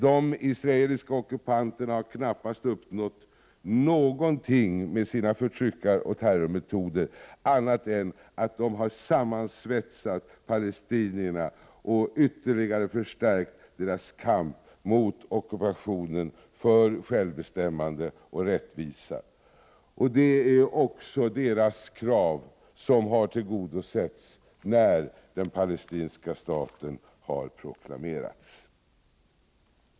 De israeliska ockupanterna har knappast uppnått någonting annat med sina förtryckaroch terrormetoder än att de sammansvetsat palestinierna och ytterligare förstärkt deras kamp mot ockupationen och för självbestämmande och rättvisa. Det är också deras krav som har tillgodosetts när den palestinska staten har proklamerats.